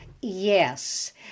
Yes